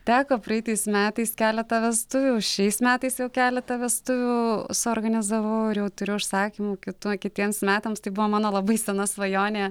teko praeitais metais keletą vestuvių šiais metais jau keletą vestuvių suorganizavau ir jau turiu užsakymų kitų kitiems metams tai buvo mano labai sena svajonė